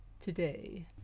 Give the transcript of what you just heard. today